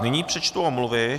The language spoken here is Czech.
Nyní přečtu omluvy.